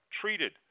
Treated